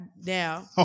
Now